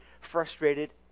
frustrated